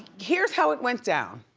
here's how it went down.